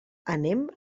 anem